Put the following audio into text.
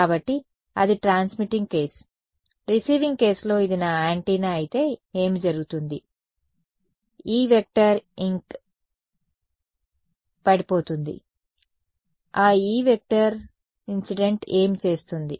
కాబట్టి అది transmitting case receiving కేస్లో ఇది నా యాంటెన్నా అయితే ఏమి జరుగుతుంది E inc పడిపోతుంది ఆ E inc ఏమి చేస్తుంది